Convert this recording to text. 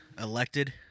elected